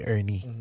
Ernie